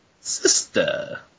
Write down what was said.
Sister